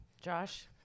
Josh